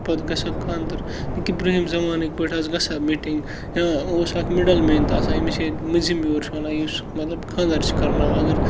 پَتہٕ گژھان خاندَر نہ کہِ بروہِم زَمانٕکۍ پٲٹھۍ آسہٕ گژھان میٖٹِنٛگ یا اوس اَکھ مِڈَل مین تہِ آسان ییٚمِس ییٚتہِ مٔنزِم یور چھِ وَنان یُس مطلب خانٛدَر چھِ کَرناوان اگر